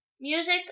music